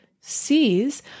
sees